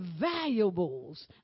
valuables